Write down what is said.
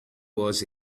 was